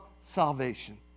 salvation